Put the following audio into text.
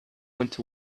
went